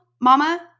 mama